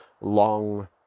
long